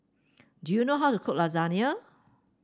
do you know how to cook Lasagna